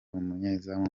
umunyezamu